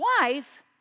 wife